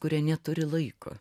kurie neturi laiko